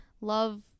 love